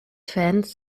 fans